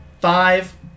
five